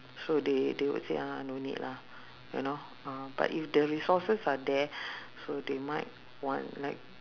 so they they would say ah no need lah you know uh but if the resources are there so they might want like